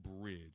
bridge